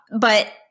but-